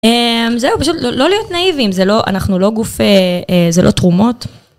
זהו, פשוט לא להיות נאיבים, אנחנו לא גוף, זה לא תרומות.